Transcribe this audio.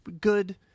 good